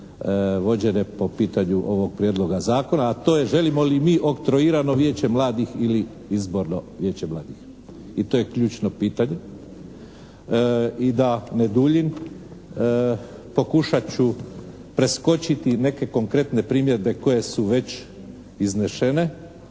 vođene po pitanju ovog prijedloga zakona a to je želimo li mi oktroirano vijeće mladih ili izborno vijeće mladih. I to je ključno pitanje. I da ne duljim, pokušat ću preskočiti neke konkretne primjedbe koje su već iznesene